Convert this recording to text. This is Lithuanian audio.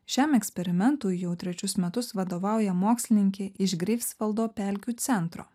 šiam eksperimentui jau trečius metus vadovauja mokslininkė iš greifsvaldo pelkių centro